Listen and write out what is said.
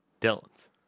Dylan's